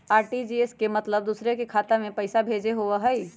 RTGS के मतलब दूसरे के खाता में पईसा भेजे होअ हई?